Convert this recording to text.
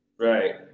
Right